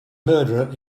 murderer